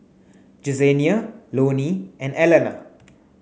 Jesenia Loney and Alana